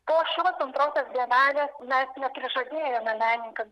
po šios antrosios bienalės mes neprižadėjome menininkam